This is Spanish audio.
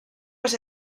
los